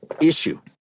issue